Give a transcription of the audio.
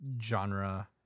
genre